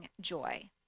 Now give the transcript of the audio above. Joy